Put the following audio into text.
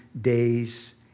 days